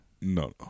No